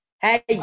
Hey